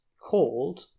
called